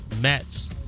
Mets